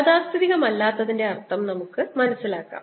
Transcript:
യാഥാസ്ഥിതികമല്ലാത്തതിന്റെ അർത്ഥം നമുക്ക് മനസ്സിലാക്കാം